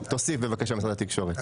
תוסיף בבקשה, משרד התקשורת.